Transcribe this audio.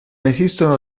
esistono